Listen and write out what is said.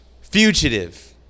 fugitive